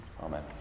Amen